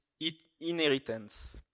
inheritance